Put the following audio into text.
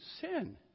sin